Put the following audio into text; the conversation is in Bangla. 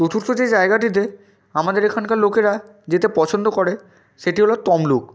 চতুর্থ যে জায়গাটিতে আমাদের এখানকার লোকেরা যেতে পছন্দ করে সেটি হলো তমলুক